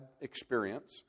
experience